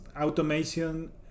automation